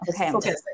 Okay